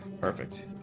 Perfect